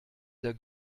der